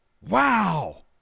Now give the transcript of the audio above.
Wow